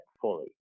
fully